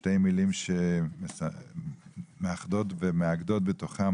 שתי מילים שמאחדות ומאגדות בתוכן